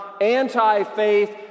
anti-faith